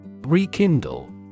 Rekindle